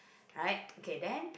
right okay then